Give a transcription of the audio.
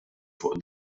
fuq